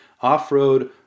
Off-Road